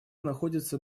находится